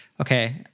okay